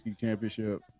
championship